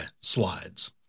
slides